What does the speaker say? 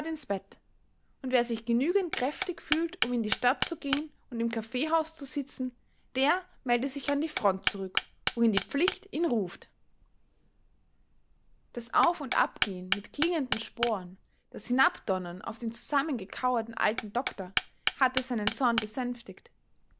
ins bett und wer sich genügend kräftig fühlt um in die stadt zu gehen und im kaffeehaus zu sitzen der melde sich an die front zurück wohin die pflicht ihn ruft das auf und abgehen mit klingenden sporen das hinabdonnern auf den zusammengekauerten alten doktor hatte seinen zorn besänftigt